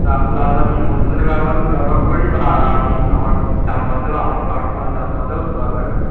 তা প্লাস আমি হোলসেলের ব্যবার ব্যবহার করি বা আমি আমার চাষবাাসেও আমার পার্সোনাল চাষবাাসেও দরকার আছে